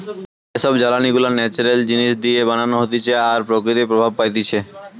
যে সব জ্বালানি গুলা ন্যাচারাল জিনিস দিয়ে বানানো হতিছে আর প্রকৃতি প্রভাব পাইতিছে